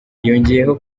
yongeyeho